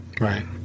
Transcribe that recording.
Right